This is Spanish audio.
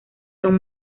son